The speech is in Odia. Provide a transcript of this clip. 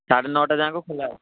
ସାଢ଼େ ନଅଟା ଯାଏଁ ଖୋଲାଅଛି